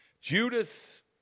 Judas